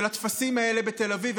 של הטפסים האלה בתל אביב.